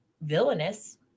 villainous